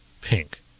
Pink